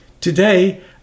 Today